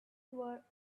were